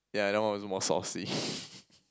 yeah that one was more saucy